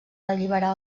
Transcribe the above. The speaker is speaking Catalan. alliberar